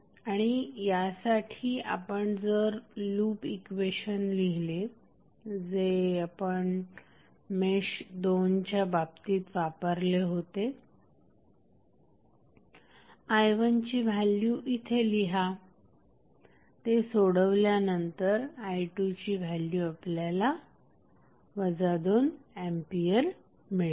आणि यासाठी आपण जर लूप इक्वेशन लिहिले जे आपण मेश 2 च्या बाबतीत वापरले होते i1 ची व्हॅल्यु इथे लिहा हे सोडवल्यानंतर i2ची व्हॅल्यु आपल्याला 2 एंपियर मिळेल